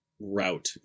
route